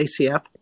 ACF